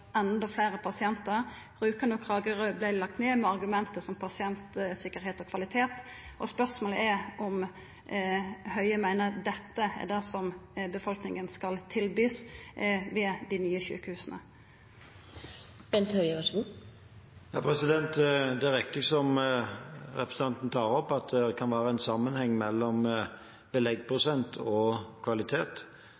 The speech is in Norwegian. endå fleire pasientar. Rjukan og Kragerø vart lagde ned med argument som pasientsikkerheit og kvalitet. Spørsmålet er om Høie meiner at dette er det befolkninga skal verta tilbydd ved dei nye sjukehusa. Det er riktig som representanten tar opp, at det kan være en sammenheng mellom